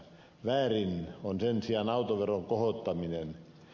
väärin on sen sijaan autoveron kohottaminen